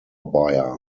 buyer